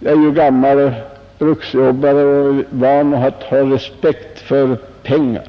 Jag är ju gammal bruksjobbare och van att ha respekt för pengar,